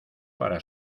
para